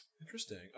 Interesting